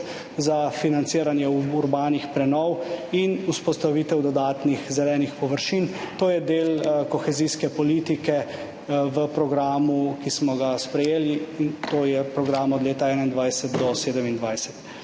za financiranje urbanih prenov in vzpostavitev dodatnih zelenih površin. To je del kohezijske politike v programu, ki smo ga sprejeli, in to je program od leta 2021 do 2027.